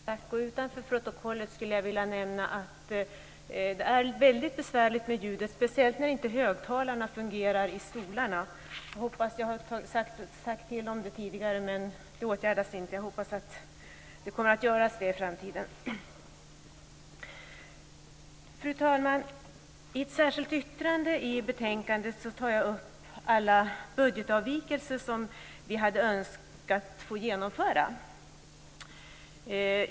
Fru talman! Utanför protokollet skulle jag vilja nämna att det är väldigt besvärligt med ljudet när inte högtalarna fungerar i stolarna. Jag har sagt till om detta tidigare, men det åtgärdades inte. Jag hoppas att det kommer att göras i framtiden. Fru talman! I ett särskilt yttrande i betänkandet tar jag upp alla budgetavvikelser som vi hade önskat få genomförda.